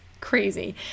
crazy